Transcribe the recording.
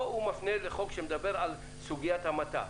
פה הוא מפנה לחוק שמדבר על סוגית המתה.